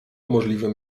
możliwym